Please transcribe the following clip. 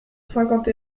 cinquante